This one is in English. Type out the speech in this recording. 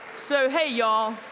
so hey y'all,